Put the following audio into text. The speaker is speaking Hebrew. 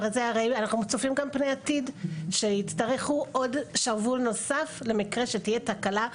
אנחנו צופים גם בעתיד שיצטרכו עוד שרוול נוסף למקרה שתהיה תקלה.